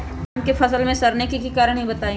आम क फल म सरने कि कारण हई बताई?